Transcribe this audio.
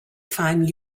find